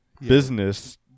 business